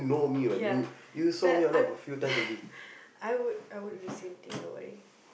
ya the I'm I would I would do the same thing don't worry